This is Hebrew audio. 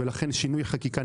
ולכן נדרש שינוי חקיקה.